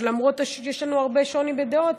ולמרות שיש הרבה שוני בדעות,